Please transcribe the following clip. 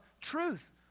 truth